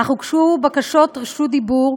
אך הוגשו בקשות רשות דיבור.